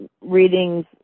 readings